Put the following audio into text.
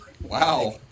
Wow